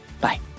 Bye